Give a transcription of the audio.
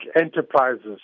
Enterprises